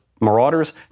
marauders